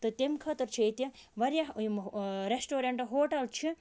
تہٕ تمہِ خٲطرٕ چھےٚ ییٚتہِ واریاہ یِم رٮ۪سٹورنٛٹہٕ ہوٹَل چھِ